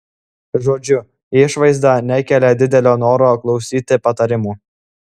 žodžiu išvaizda nekelia didelio noro klausyti patarimų